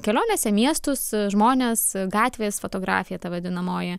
kelionėse miestus žmones gatvės fotografija ta vadinamoji